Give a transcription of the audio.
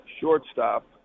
shortstop